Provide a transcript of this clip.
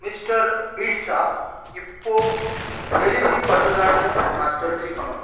mister Pizza இப்போது delivery பண்ணுதான்னு நான் தெரிஞ்சுக்கணும்